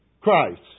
Christ